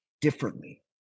differently